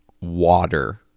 water